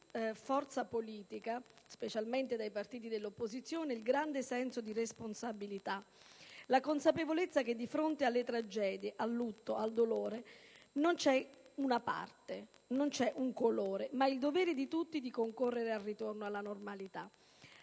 forza politica, specialmente dai partiti dell'opposizione, c'è stato grande senso di responsabilità e la consapevolezza che di fronte alle tragedie, al lutto e al dolore non c'è una parte, non c'è un colore, ma il dovere di tutti di concorrere al ritorno alla normalità.